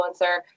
influencer